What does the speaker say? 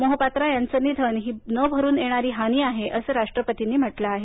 मोहपात्रा यांचं निधन ही न भरून येणारी हानी आहे असं राष्ट्रपतींनी म्हटलं आहे